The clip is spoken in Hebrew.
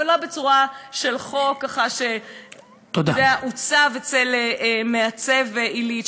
ולא בצורה של חוק שעוצב אצל מעצב עילית.